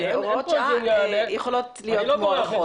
-- הוראות שעה יכולות להיות מוארכות.